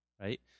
right